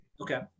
Okay